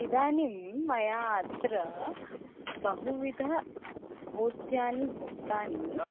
इदानीं मया अत्र बहुविध भोजनानि भुक्तानि